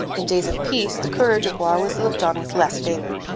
in days of peace the coureur de bois was looked on with less favour.